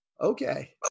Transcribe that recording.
Okay